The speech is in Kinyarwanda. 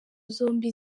zombi